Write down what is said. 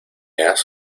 has